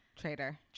traitor